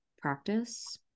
practice